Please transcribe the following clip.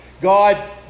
God